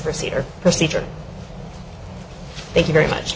procedure procedure thank you very much